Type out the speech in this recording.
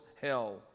hell